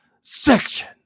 section